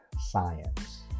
science